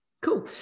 cool